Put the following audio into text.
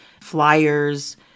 flyers